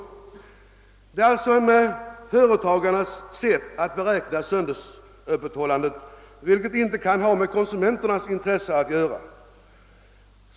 Det är alltså en företagares sätt att beräkna söndagsöppethållandet, vilket inte kan ha med konsumenternas intresse att göra.